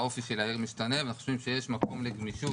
האופי של העיר משתנה ואנחנו חושבים שיש מקום לגמישות